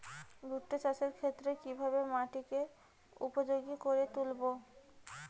ভুট্টা চাষের ক্ষেত্রে কিভাবে মাটিকে উপযোগী করে তুলবো?